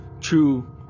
true